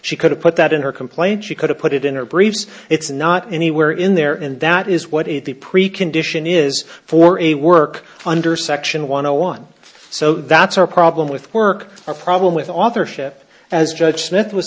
she could have put that in her complaint she could've put it in her briefs it's not anywhere in there and that is what it the precondition is for a work under section one o one so that's our problem with work a problem with authorship as judge smith was